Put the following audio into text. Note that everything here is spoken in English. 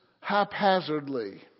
haphazardly